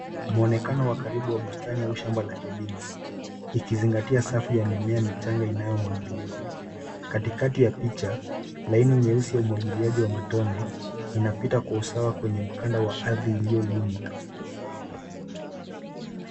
Mwonekano wa karibu wa bustani au shamba la kilimo ikizingatia safu ya mimea michanga inayo mwagiliwa. Katikati ya picha, laini nyeusi ya umwagiliaji wa matone inapita kwa usawa kwenye mkamda wa arthi iliyo limwa.